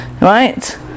right